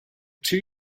two